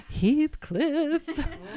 Heathcliff